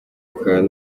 umutekano